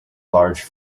large